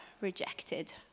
rejected